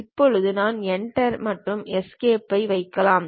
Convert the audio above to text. இப்போது நான் Enter மற்றும் Escape ஐ வைக்கலாம்